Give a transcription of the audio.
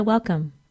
Welcome